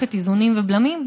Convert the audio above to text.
מערכת איזונים ובלמים,